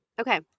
Okay